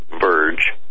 Verge